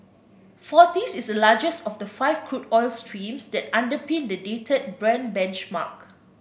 forties is the largest of the five crude oil streams that underpin the dated Brent benchmark